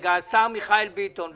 השר במשרד הביטחון מיכאל מרדכי ביטון: